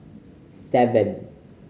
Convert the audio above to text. seven